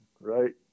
right